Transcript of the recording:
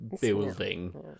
building